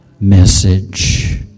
message